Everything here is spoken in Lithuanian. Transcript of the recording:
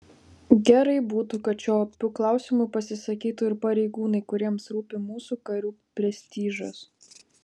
gerai būtų kad šiuo opiu klausimu pasisakytų ir pareigūnai kuriems rūpi mūsų karių prestižas